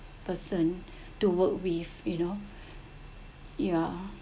person to work with you know ya